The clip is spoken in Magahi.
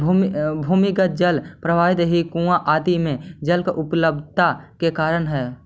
भूमिगत जल प्रवाह ही कुआँ आदि में जल के उपलब्धता के कारण हई